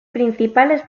principales